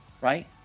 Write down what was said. right